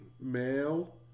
male